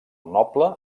noble